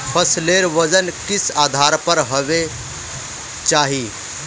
फसलेर वजन किस आधार पर होबे चही?